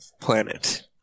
planet